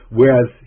Whereas